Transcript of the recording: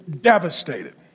devastated